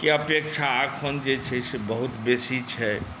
के अपेक्षा एखन जे छै से बहुत बेसी छै